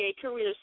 Career